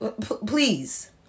please